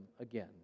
again